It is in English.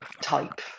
type